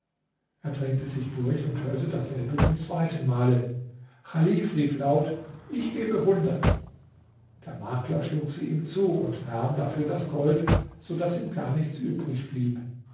er drängte sich durch und hörte dasselbe zum zweiten male chalif rief laut ich gebe hundert der makler schlug sie ihm zu und nahm dafür das gold so daß ihm gar nichts übrig blieb